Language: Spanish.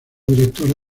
directores